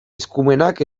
eskumenak